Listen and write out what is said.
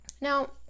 Now